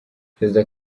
perezida